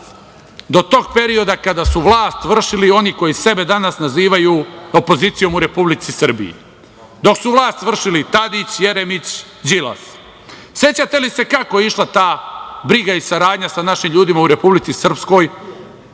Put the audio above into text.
do tog perioda kada su vlast vršili oni koji sebe danas nazivaju opozicijom u Republici Srbiji. Dok su vršili Tadić, Jeremić, Đilas, sećate li se kako je išla ta briga i saradnja sa našim ljudima u Republici Srpskoj,